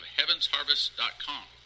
HeavensHarvest.com